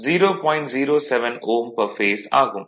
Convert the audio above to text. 07 Ω per phase ஆகும்